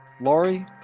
Laurie